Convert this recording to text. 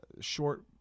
short